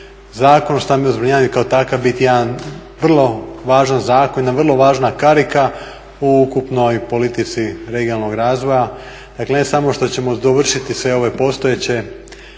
Zakon o stambenom zbrinjavanju kao takav biti jedan vrlo važan zakon, jedna vrlo važna karika u ukupnoj politici regionalnog razvoja. Dakle ne samo što ćemo dovršiti sve ove postojeće